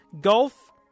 golf